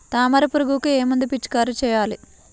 తామర పురుగుకు ఏ మందు పిచికారీ చేయాలి?